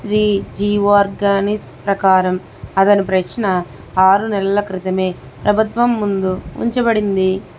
శ్రీ జి ఓర్గనిస్ ప్రకారం అతని ప్రశ్న ఆరు నెలల క్రితమే ప్రభుత్వం ముందు ఉంచబడింది